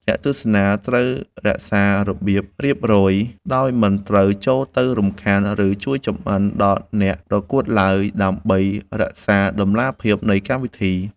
អ្នកទស្សនាត្រូវរក្សារបៀបរៀបរយ ដោយមិនត្រូវចូលទៅរំខាន ឬជួយចម្អិនដល់អ្នកប្រកួតឡើយ ដើម្បីរក្សាតម្លាភាពនៃកម្មវិធី។